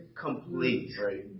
complete